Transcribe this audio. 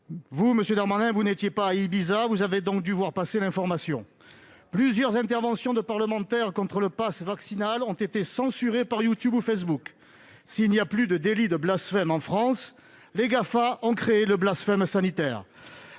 Vous, monsieur Darmanin, vous n'étiez pas à Ibiza ; vous avez donc dû voir passer l'information selon laquelle plusieurs interventions de parlementaires contre le passe vaccinal ont été censurées par YouTube ou Facebook. S'il n'y a plus de délit de blasphème en France, les GAFA (Google, Apple, Facebook,